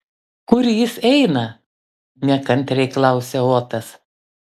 kur jis eina nekantriai klausia otas